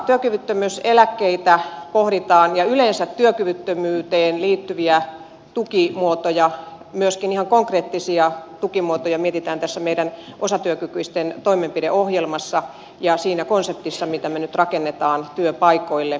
työkyvyttömyyseläkkeitä pohditaan ja yleensä työkyvyttömyyteen liittyviä tukimuotoja myöskin ihan konkreettisia tukimuotoja mietitään tässä meidän osatyökykyisten toimenpideohjelmassa ja siinä konseptissa mitä me nyt rakennamme työpaikoille